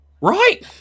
Right